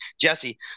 Jesse